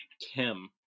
kim